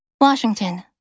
Washington